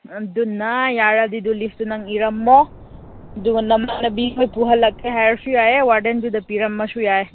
ꯑꯗꯨꯅ ꯌꯥꯔꯗꯤ ꯑꯗꯨ ꯂꯤꯐꯇꯨ ꯅꯪ ꯏꯔꯝꯃꯣ ꯑꯗꯨꯒ ꯅꯃꯥꯅꯕꯤ ꯍꯣꯏ ꯄꯨꯍꯟꯂꯛꯀꯦ ꯍꯥꯏꯔꯁꯨ ꯌꯥꯏꯌꯦ ꯋꯥꯔꯗꯦꯟꯗꯨꯗꯁꯨ ꯄꯤꯔꯝꯃꯁꯨ ꯌꯥꯏꯌꯦ